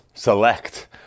Select